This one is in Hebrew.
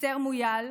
אסתר מויאל,